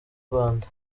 rwanda